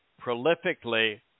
prolifically